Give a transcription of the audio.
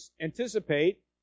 anticipate